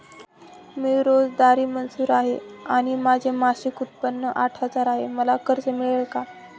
मी रोजंदारी मजूर आहे आणि माझे मासिक उत्त्पन्न आठ हजार आहे, मला कर्ज मिळेल का?